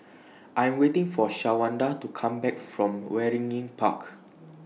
I Am waiting For Shawanda to Come Back from Waringin Park